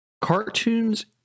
Cartoons